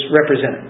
represented